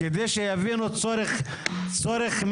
על מנת שיבינו צורך מגוחך.